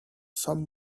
some